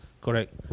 Correct